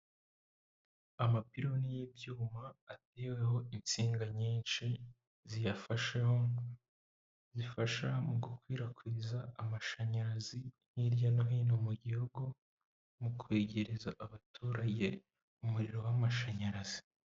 Amapironi y'ibyuma ateweho insinga nyinshi ziyafasheho, zifasha mu gukwirakwiza amashanyarazi hirya no hino mu gihugu, mu kwegereza abaturage umuriro w'amashanyarazi.